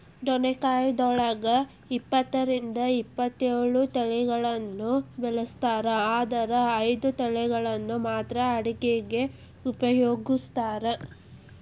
ಡೊಣ್ಣಗಾಯಿದೊಳಗ ಇಪ್ಪತ್ತರಿಂದ ಇಪ್ಪತ್ತೇಳು ತಳಿಗಳನ್ನ ಬೆಳಿಸ್ತಾರ ಆದರ ಐದು ತಳಿಗಳನ್ನ ಮಾತ್ರ ಅಡುಗಿಗ ಉಪಯೋಗಿಸ್ತ್ರಾರ